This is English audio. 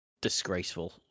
disgraceful